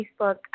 Facebook